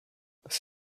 das